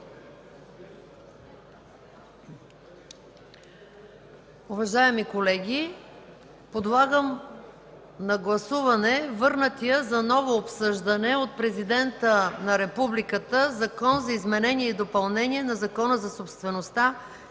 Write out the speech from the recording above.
Уважаеми колеги, подлагам на гласуване върнатия за ново обсъждане от Президента на Републиката Закон за изменение и допълнение на Закона за собствеността